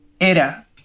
Era